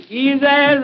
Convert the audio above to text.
easy